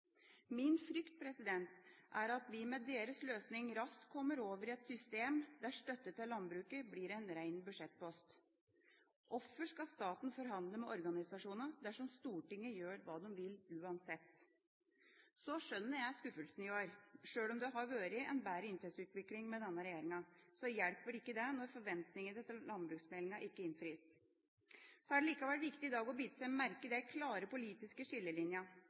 Min frykt er at vi med deres løsning raskt kommer over i et system der støtte til landbruket blir en rein budsjettpost. Hvorfor skal staten forhandle med organisasjonene dersom Stortinget gjør som de vil uansett? Så skjønner jeg skuffelsen i år. Sjøl om det har vært en bedre inntektsutvikling med denne regjeringa, hjelper ikke det når forventningene etter landbruksmeldinga ikke innfris. Så er det likevel i dag viktig å bite seg merke i de klare politiske